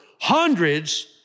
hundreds